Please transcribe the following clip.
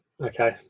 okay